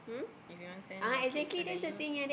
if you want send your kids to the U